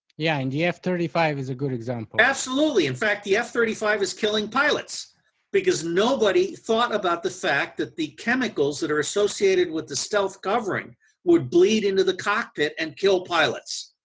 yeah, and the f three five is a good example. absolutely, in fact the f three five is killing pilots because nobody thought about the fact that the chemicals that are associated with the stealth covering would bleed into the cockpit and kill pilots.